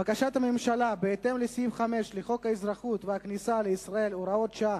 בקשת הממשלה בהתאם לסעיף 5 לחוק האזרחות והכניסה לישראל (הוראת שעה),